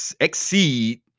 exceed